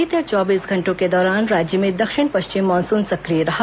बीते चौबीस घंटों के दौरान राज्य में दक्षिण पश्चिम मानसून सक्रिय रहा